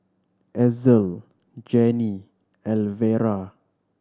Ezell Janie Elvera